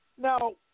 Now